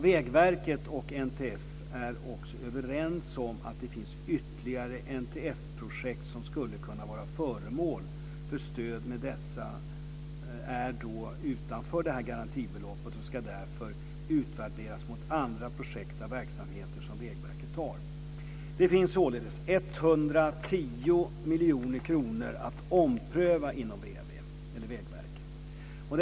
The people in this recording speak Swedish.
Vägverket och NTF är också överens om att det finns ytterligare NTF-projekt som skulle kunna vara föremål för stöd utanför garantibeloppet. De ska därför utvärderas mot andra projekt och verksamheter som Vägverket bedriver. Det finns således 110 miljoner kronor att ompröva inom Vägverket.